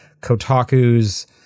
Kotaku's